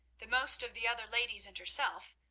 the most of the other ladies and herself,